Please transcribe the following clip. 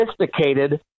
sophisticated